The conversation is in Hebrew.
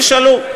תשאלו.